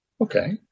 okay